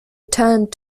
turned